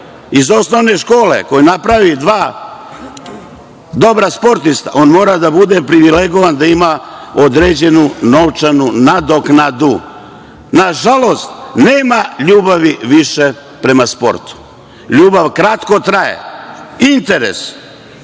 iz osnovne škole koji napravi dva dobra sportista, on mora da bude privilegovan da ima određenu novčanu nadoknadu. Nažalost, nema ljubavi više prema sportu. Ljubav kratko traje. Interes.